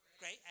Great